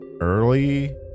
early